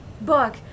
book